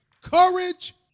Courage